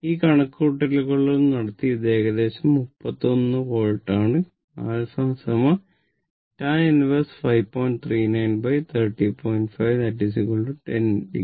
ഈ കണക്കുകൂട്ടലുകൾ നടത്തിയത് ഇത് ഏകദേശം 31 വോൾട്ട് ആണ് 𝞪 tan 1 10 o